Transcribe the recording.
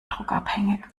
druckabhängig